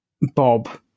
Bob